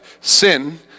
sin